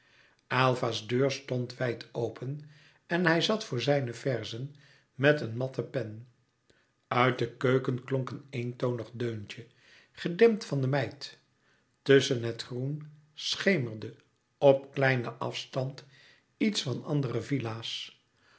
aylva's deur stond wijd open en hij zat voor zijne verzen met een matte pen uit de keuken klonk een eentonig deuntje gedempt van de meid tusschen het groen schemerde op kleinen afstand iets van andere villa's